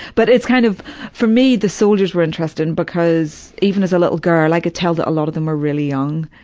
but it's kind of for me the soldiers were interesting because even as a little girl i could tell that a lot of them were really young.